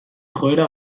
joera